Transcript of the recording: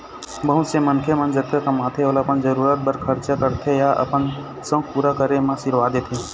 बहुत से मनखे मन जतका कमाथे ओला अपन जरूरत बर खरचा करथे या अपन सउख पूरा करे म सिरवा देथे